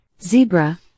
Zebra